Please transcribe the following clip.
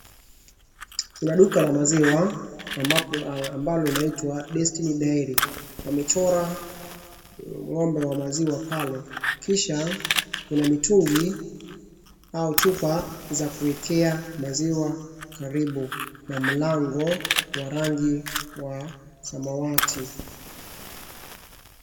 Kuna duka la maziwa ambalo linaitwa Destiny Dairies. Wamechora ng'ombe wa maziwa pale kisha kuna mitungi au chupa za kukekea maziwa karibu na mlango wa rangi wa samawati.